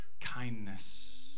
kindness